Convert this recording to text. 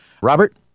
Robert